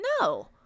no